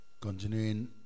continuing